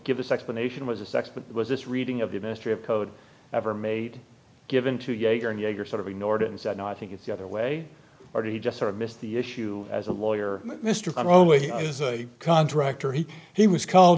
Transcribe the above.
give us explanation was a sex but it was this reading of the mystery of code ever made given to younger and younger sort of ignored it and said i think it's the other way or do you just sort of miss the issue as a lawyer mr only as a contractor he he was called